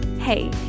hey